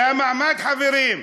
היה מעמד, חברים.